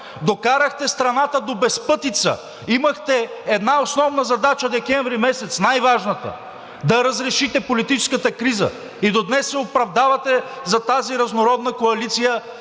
Докарахте страната до безпътица. Имахте една основна задача декември месец, най-важната – да разрешите политическата криза. И до днес се оправдавате за тази разнородна коалиция